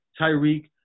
Tyreek